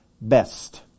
best